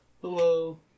Hello